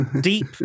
deep